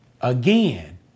Again